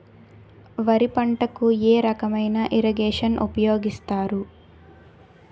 వరి పంటకు ఏ రకమైన ఇరగేషన్ ఉపయోగిస్తారు?